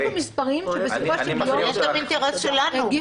יש פה מספרים שבסופו של יום --- זה גם אינטרס שלנו.